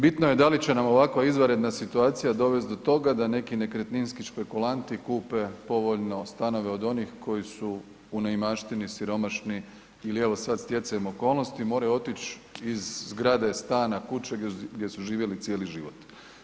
Bitno je da li će nam ovakva izvanredna situacija dovesti do toga da neki nekretninski špekulanti kupe povoljno stanove od onih koji su u neimaštini, siromašni ili evo, sad stjecajem okolnosti moraju otići iz zgrade, stana, kuće, gdje su živjeli cijeli život.